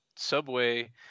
Subway